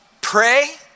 Pray